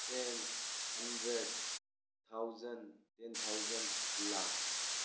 tens hundred thousand ten thousand lakh